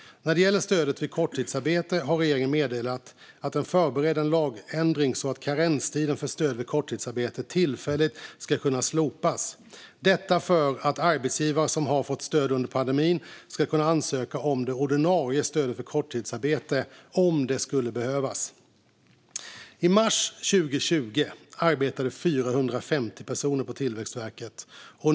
När det gäller stödet vid korttidsarbete har regeringen meddelat att den förbereder en lagändring så att karenstiden för stöd vid korttidsarbete tillfälligt ska kunna slopas, detta för att arbetsgivare som har fått stöd under pandemin ska kunna ansöka om det ordinarie stödet för korttidsarbete om det skulle behövas. I mars 2020 arbetade 450 personer på Tillväxtverket.